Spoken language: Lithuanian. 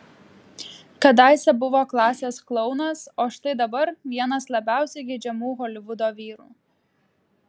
kadaise buvo klasės klounas o štai dabar vienas labiausiai geidžiamų holivudo vyrų